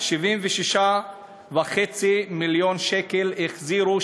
76.5 מיליון שקל החזירו,